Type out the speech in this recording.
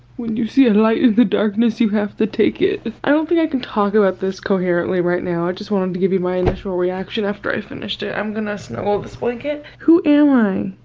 when you see a light is the darkness you have to take it. i don't think i can talk about this coherently right now. i just wanted to give you my initial reaction after i finished it. i'm gonna snuggle this blanket. who am i?